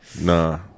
Nah